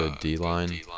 D-line